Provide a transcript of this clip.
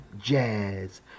Jazz